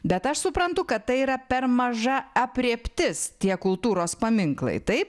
bet aš suprantu kad tai yra per maža aprėptis tie kultūros paminklai taip